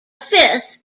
fifth